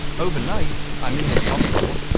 overnight? i mean it's possible.